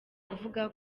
kuvuga